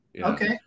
Okay